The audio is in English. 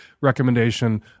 recommendation